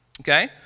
Okay